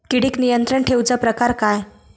किडिक नियंत्रण ठेवुचा प्रकार काय?